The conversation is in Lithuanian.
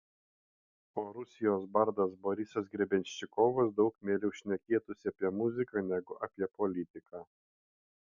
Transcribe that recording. o rusijos bardas borisas grebenščikovas daug mieliau šnekėtųsi apie muziką negu apie politiką